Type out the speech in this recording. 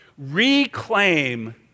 reclaim